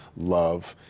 love,